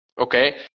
okay